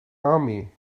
army